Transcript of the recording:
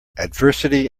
adversity